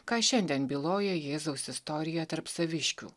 ką šiandien byloja jėzaus istorija tarp saviškių